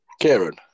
Karen